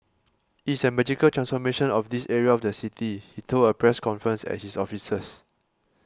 is it a magical transformation of this area of the city he told a press conference at his officers